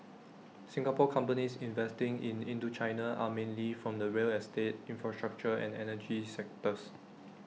Singapore companies investing in Indochina are mainly from the real estate infrastructure and energy sectors